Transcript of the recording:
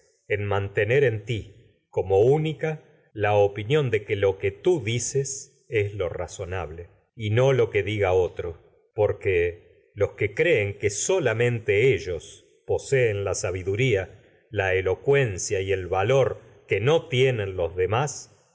pues mantener ti como única la opinión de y no lo que tú dices es lo razonable que y lo que diga otro porque los que creen solamente ellos no poseen la sabiduría la al elocuencia el valor que se tienen los demás